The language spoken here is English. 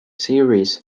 series